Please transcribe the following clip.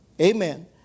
Amen